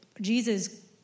Jesus